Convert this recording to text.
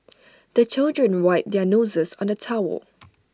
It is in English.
the children wipe their noses on the towel